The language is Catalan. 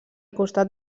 costat